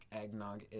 eggnog